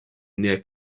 near